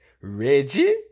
Reggie